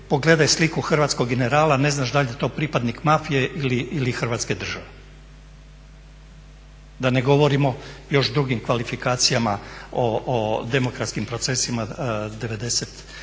pogledaj sliku hrvatskog generala ne znaš da li je to pripadnik mafije ili Hrvatske države. Da ne govorimo još drugim kvalifikacijama, o demokratskim procesima '91.